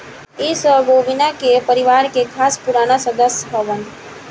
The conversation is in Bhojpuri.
इ सब बोविना के परिवार के खास पुराना सदस्य हवन